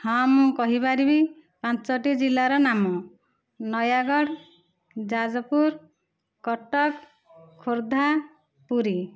ହଁ ମୁଁ କହିପାରିବି ପାଞ୍ଚଟି ଜିଲ୍ଲାର ନାମ ନୟାଗଡ଼ ଯାଜପୁର କଟକଖୋର୍ଦ୍ଧା ପୁରୀ